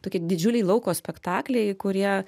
tokie didžiuliai lauko spektakliai kurie